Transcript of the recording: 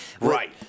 right